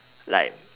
like